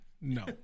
No